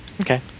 Okay